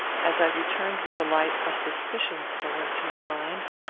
as i returned with the light, a suspicion stole into my mind,